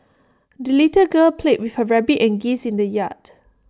the little girl played with her rabbit and geese in the yard